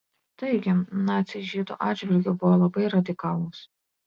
taigi naciai žydų atžvilgiu buvo labai radikalūs